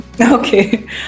Okay